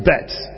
bets